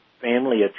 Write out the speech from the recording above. family